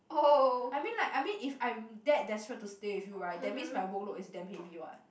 I mean like I mean if I'm that desperate to stay with you right that means my workload is damn heavy what